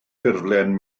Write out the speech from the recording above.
ffurflen